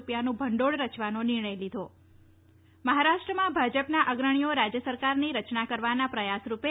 રૂપિયાનું ભંડોળ રચવાનો નિર્ણય લીધો છે મહારાષ્ટ્રમાં ભાજપના અગ્રણીઓ રાજ્ય સરકારની રચના કરવાના પ્રયાસ રૂપે